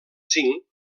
zinc